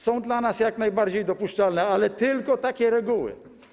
są dla nas jak najbardziej dopuszczalne, ale tylko takie reguły.